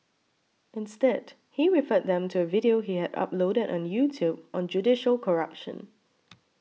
instead he referred them to a video he had uploaded on YouTube on judicial corruption